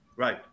Right